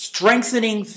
Strengthening